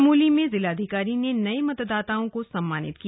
चमोली में जिलाधिकारी ने नए मतदाताओं को सम्मानित किया